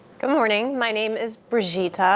good morning. my name is brigitte. ah